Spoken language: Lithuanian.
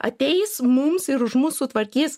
ateis mums ir už mus sutvarkys